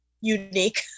unique